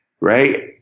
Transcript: right